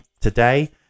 today